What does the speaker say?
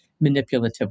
manipulative